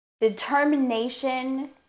determination